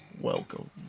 Welcome